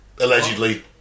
Allegedly